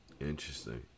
Interesting